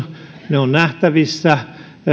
ovat nähtävissä